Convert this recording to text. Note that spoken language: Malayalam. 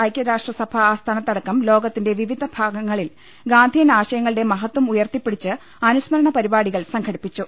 ഐകൃരാഷ്ട്രസഭാ ആസ്ഥാനത്തടക്കം ലോകത്തിന്റെ വിവിധ ഭാഗ ങ്ങളിൽ ഗാന്ധിയൻ ആശയങ്ങളുടെ മഹത്വം ഉയർത്തിപ്പിടിച്ച് അനുസ്മ രണ പരിപാടികൾ സംഘടിപ്പിച്ചു